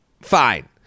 fine